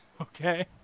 Okay